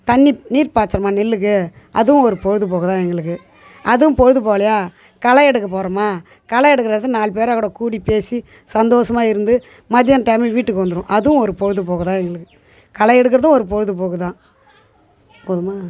தண்ணி நீர் பாய்ச்சிகிறோமா நெல்லுக்கு அதுவும் ஒரு பொழுது போக்கு தான் எங்களுக்கு அதுவும் பொழுது போகலையா களையெடுக்க போகிறோமா களை எடுக்கிற இடத்துல நாலு பேரோடய கூடி பேசி சந்தோசமாக இருந்து மதியான டைமில் வீட்டுக்கு வந்துருவோம் அதுவும் ஒரு பொழுது போக்கு தான் எங்களுக்கு களையெடுக்குறதும் ஒரு பொழுது போக்கு தான் போதுமா